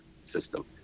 system